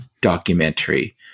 documentary